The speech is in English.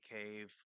cave